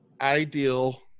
ideal